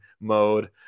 mode